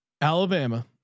Alabama